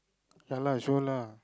ya lah sure lah